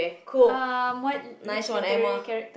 um what which literary character